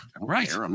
Right